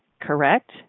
correct